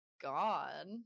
god